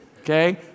Okay